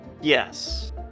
yes